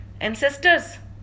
Ancestors